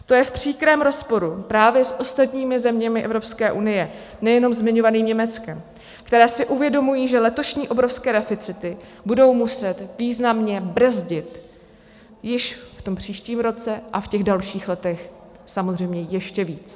To je v příkrém rozporu právě s ostatními zeměmi Evropské unie, nejenom zmiňovaným Německem, které si uvědomují, že letošní obrovské deficity budou muset významně brzdit již v tom příštím roce a v dalších letech samozřejmě ještě více.